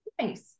nice